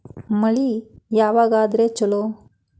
ಮಳಿ ಯಾವಾಗ ಆದರೆ ಛಲೋ?